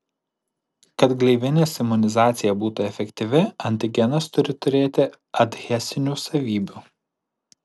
kad gleivinės imunizacija būtų efektyvi antigenas turi turėti adhezinių savybių